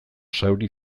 zauri